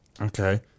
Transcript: Okay